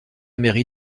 mairie